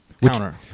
Counter